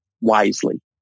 wisely